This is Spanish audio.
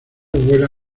huela